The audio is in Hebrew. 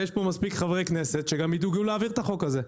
ויש פה מספיק חברי כנסת שגם ידאגו להעביר את החוק הזה,